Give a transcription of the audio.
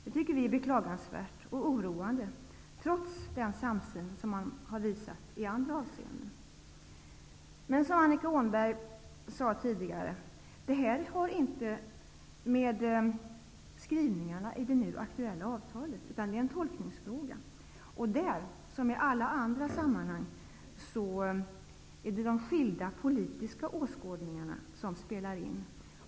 Det tycker vi är beklagansvärt och oroande, trots den samsyn som har visats i andra avseenden. Som Annika Åhnberg sade tidigare: Det här har inte med skrivningarna i det nu aktuella avtalet att göra, utan det är en tolkningsfråga, och där, som i alla andra sammanhang, är det de skilda politiska åskådningarna som spelar in.